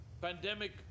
pandemic